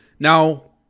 now